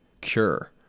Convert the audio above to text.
cure